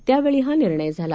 त्यावेळी हा निर्णय झाला